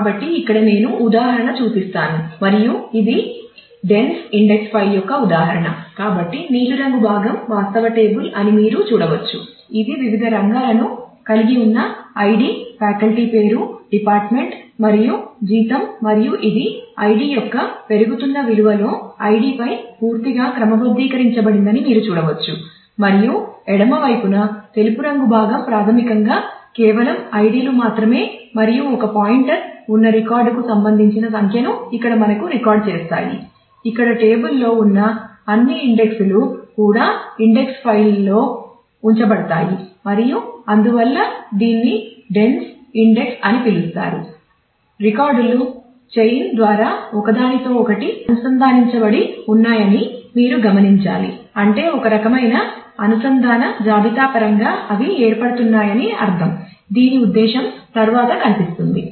కాబట్టి ఇక్కడ నేను ఒక ఉదాహరణ చూపిస్తాను మరియు ఇది డెన్స్ ఇండెక్స్ ఫైల్ ద్వారా ఒకదానితో ఒకటి అనుసంధానించబడి ఉన్నాయని మీరు గమనించాలి అంటే ఒక రకమైన అనుసంధాన జాబితా పరంగా అవి ఏర్పడుతున్నాయని అర్థం దీని ఉద్దేశ్యం తరువాత కనిపిస్తుంది